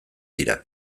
dira